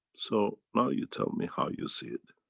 so now you tell me how you see it.